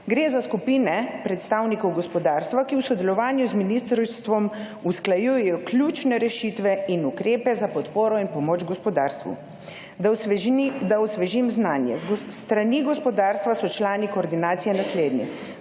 Gre za skupine predstavnikov gospodarstva, ki v sodelovanju z ministrstvom usklajujejo ključne rešitve in ukrepe za podporo in pomoč gospodarstvu. Da osvežim znanje. S strani gospodarstva so člani koordinacije naslednji: